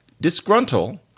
disgruntled